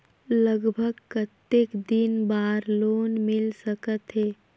लगभग कतेक दिन बार लोन मिल सकत हे?